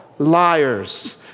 liars